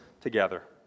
together